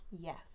Yes